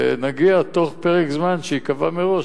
ונגיע בתוך פרק זמן שייקבע מראש,